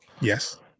Yes